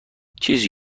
چیزی